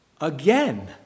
again